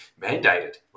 mandated